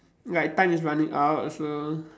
like time is running out so